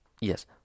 Yes